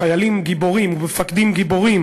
חיילים גיבורים ומפקדים גיבורים